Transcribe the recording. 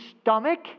stomach